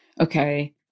okay